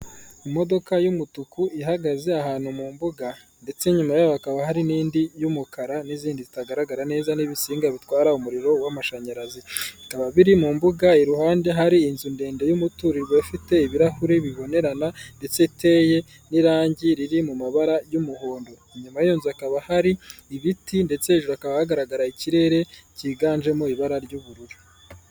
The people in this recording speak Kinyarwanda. imodoka y'umutuku ihagaze ahantu mu mbuga ndetse inyuma yayo hakaba hari n'indi y'umukara n'izindi zitagaragara neza n'ibisinga bitwara umuriro w'amashanyaraziba biri mu mbuga iruhande hari inzu ndende y'umutungo ufite ibirahuri bibonerana ndetse iteye n'irangi riri mu mabara y'umuhondo inyuma yose hakaba hari ibiti ndetse ha ejo hakaba hagaragaraye ikirere cyiganjemo ibara ry'ubururu